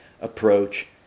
approach